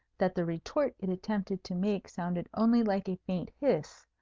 that the retort it attempted to make sounded only like a faint hiss,